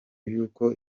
y’uko